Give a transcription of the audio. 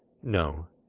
no,